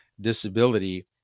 disability